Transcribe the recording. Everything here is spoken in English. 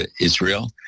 Israel